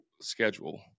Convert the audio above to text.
schedule